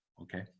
okay